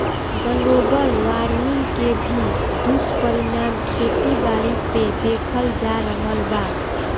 global warming के भी दुष्परिणाम खेती बारी पे देखल जा रहल बा